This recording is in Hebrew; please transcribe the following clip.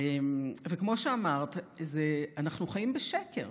וכמו שאמרת, אנחנו חיים בשקר.